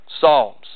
psalms